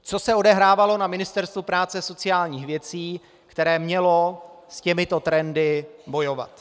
Co se odehrávalo na Ministerstvu práce a sociálních věcí, které mělo s těmito trendy bojovat?